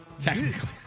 Technically